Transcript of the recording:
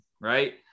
Right